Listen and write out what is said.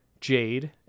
Jade